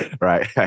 right